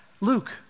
Luke